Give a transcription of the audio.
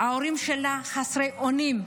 ההורים שלה חסרי אונים,